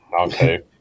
Okay